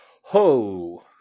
ho